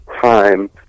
time